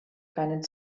keinen